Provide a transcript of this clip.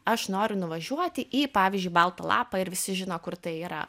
aš noriu nuvažiuoti į pavyzdžiui baltą lapą ir visi žino kur tai yra